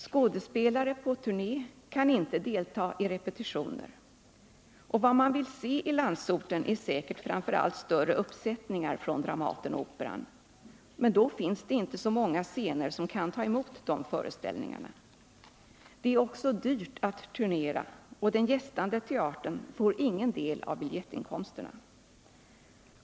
Skådespelare på turné kan inte heller delta i repetitioner. Vad man vill se i landsorten är säkert framför allt större uppsättningar från Dramaten och Operan. Då finns det inte så många scener som kan ta emot dessa föreställningar. Det är också dyrt att turnera, och den gästande teatern får ingen del av biljettinkomsterna.